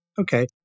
Okay